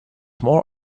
more